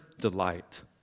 delight